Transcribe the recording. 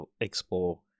explore